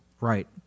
Right